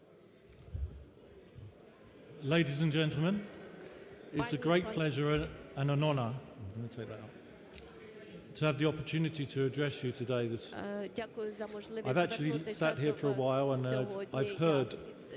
Дякую за можливість